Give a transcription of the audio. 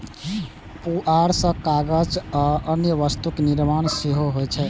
पुआर सं कागज आ अन्य वस्तुक निर्माण सेहो होइ छै